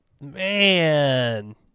man